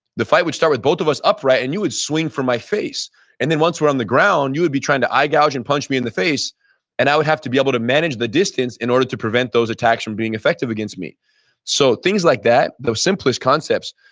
the fight would start with both of us upright and you would swing for my face and then once we're on the ground you will be trying to eye gouge and punch me in the face and i would have to be able to manage the distance in order to prevent those attacks from being effective against me so things like that, the simplest concepts,